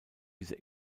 diese